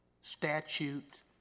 statute